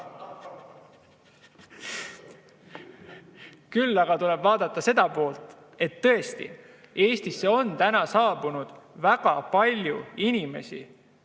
Küll aga tuleb vaadata seda poolt, et tõesti, Eestisse on täna saabunud väga palju inimesi,